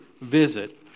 visit